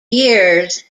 years